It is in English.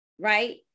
right